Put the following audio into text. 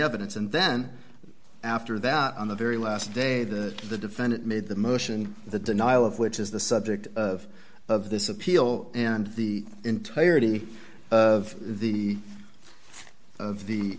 evidence and then after that on the very last day that the defendant made the motion the denial of which is the subject of of this appeal and the entirety of the of the